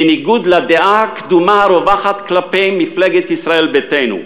בניגוד לדעה הקדומה הרווחת כלפי מפלגת ישראל ביתנו,